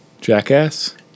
Jackass